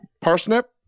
Parsnip